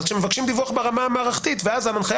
אז כשמבקשים דיווח ברמה המערכתית ואז ההנחיה